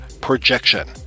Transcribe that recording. PROJECTION